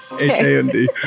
H-A-N-D